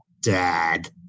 dad